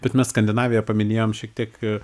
bet mes skandinaviją paminėjom šiek tiek